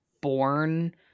born